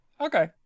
okay